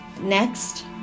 Next